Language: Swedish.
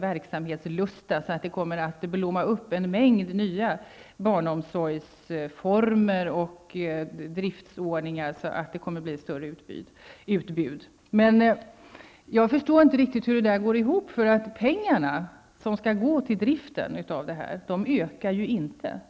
verksamhetslusta, att det kommer att blomma upp en mängd nya barnomsorgsformer och driftsordningar. Det kommer att bli ett större utbud. Jag förstår inte riktigt hur detta går ihop. Pengarna som skall gå till driften av detta ökar ju inte.